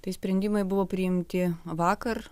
tai sprendimai buvo priimti vakar